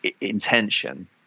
intention